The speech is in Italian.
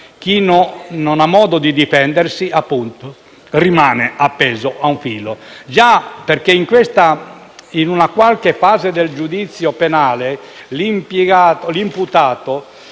chi non ha modo di difendersi, rimanendo, appunto, appeso a un filo. Già, perché in una qualche fase del giudizio penale l'imputato